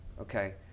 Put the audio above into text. okay